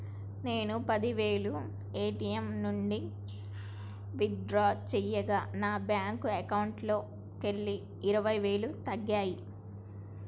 నేను పది వేలు ఏ.టీ.యం నుంచి విత్ డ్రా చేయగా నా బ్యేంకు అకౌంట్లోకెళ్ళి ఇరవై వేలు తగ్గాయి